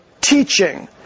teaching